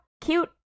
cute